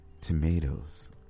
tomatoes